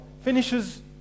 finishes